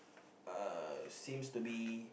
uh seems to be